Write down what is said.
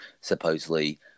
supposedly